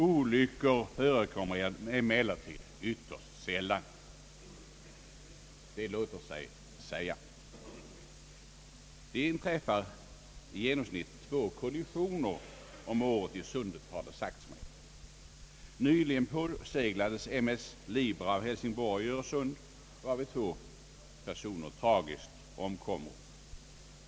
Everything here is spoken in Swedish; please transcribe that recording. »Olyckor förekommer emellertid ytterst sällan», heter det. Det låter sig säga. Det inträffar i genomsnitt två kollisioner om året i Sundet, har det sagts mig. Nyligen påseglades M/S Libra av Hälsingborg i Öresund, varvid två personer tragiskt omkom.